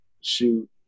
shoot